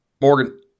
Morgan